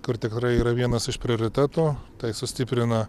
kur tikrai yra vienas iš prioritetų tai sustiprina